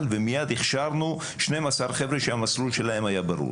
ומיד הכשרנו 12 חבר'ה שהמסלול שלהם היה ברור.